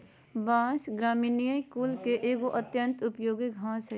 बाँस, ग्रामिनीई कुल के एगो अत्यंत उपयोगी घास हइ